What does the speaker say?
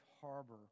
harbor